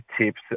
tips